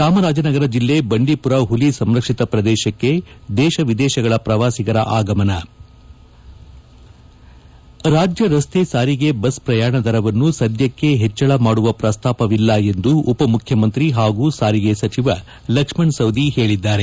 ಚಾಮರಾಜನಗರ ಜಿಲ್ಲೆ ಬಂಡೀಪುರ ಹುಲಿ ಸಂರಕ್ಷಿತ ಪ್ರದೇಶಕ್ಕೆ ದೇಶ ವಿದೇಶಗಳ ಪ್ರವಾಸಿಗರ ಆಗಮನ ರಾಜ್ಣ ರಸ್ತೆ ಸಾರಿಗೆ ಬಸ್ ಪ್ರಯಾಣ ದರವನ್ನು ಸದ್ದಕ್ಷೆ ಹೆಚ್ಚಳ ಮಾಡುವ ಪ್ರಸ್ತಾಪವಿಲ್ಲ ಎಂದು ಉಪಮುಖ್ಯಮಂತ್ರಿ ಹಾಗೂ ಸಾರಿಗೆ ಸಚಿವ ಲಕ್ಷ್ನಣ ಸವದಿ ಹೇಳಿದ್ದಾರೆ